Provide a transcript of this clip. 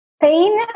pain